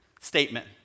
statement